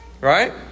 Right